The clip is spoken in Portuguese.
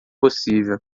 possível